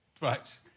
right